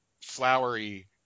flowery